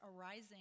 arising